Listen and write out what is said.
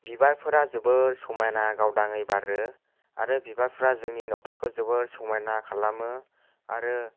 बिबारफोरा जोबोर समायना गावदाङै बारो आरो बिबारफ्रा जोंनि न'खरफोरखौ जोबोर समायना खालामो आरो